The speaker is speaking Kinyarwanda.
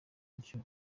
bityo